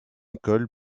école